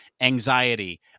anxiety